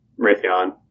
Raytheon